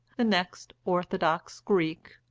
the next orthodox greek,